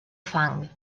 fang